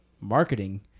marketing